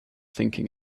thinking